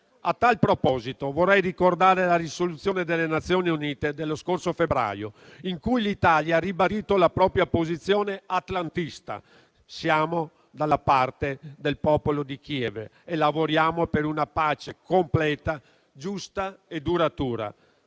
A tal proposito vorrei ricordare la risoluzione delle Nazioni unite dello scorso febbraio, in cui l'Italia ha ribadito la propria posizione atlantista. Siamo dalla parte del popolo di Kiev e lavoriamo per una pace completa, giusta e duratura.